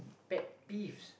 pet peeves